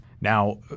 Now